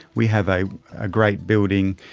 we have a ah great building,